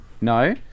No